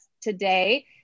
today